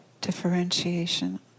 differentiation